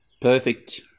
perfect